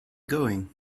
going